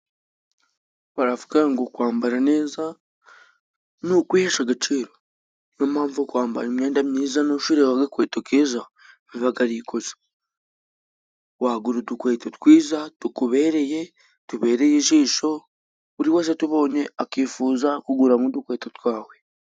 Baravuga ngo kwambara neza ni ukwihesha agaciro niyo mpamvu kwambara imyenda myiza ntushireho agakweto keza bibaga ari ikosa. Wagura udukweto twiza tukubereye, tubereye ijisho buri wese utubonye akifuza kugura nk'udukweto twawe.